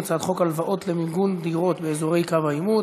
הצעת חוק הלוואות למיגון דירות באזורי קו העימות.